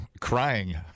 crying